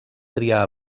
triar